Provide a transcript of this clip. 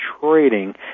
trading